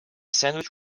sandwich